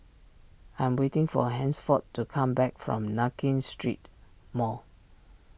I am waiting for Hansford to come back from Nankin Street Mall